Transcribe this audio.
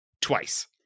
twice